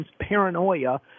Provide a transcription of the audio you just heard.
paranoia